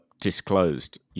disclosed